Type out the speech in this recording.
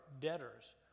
debtors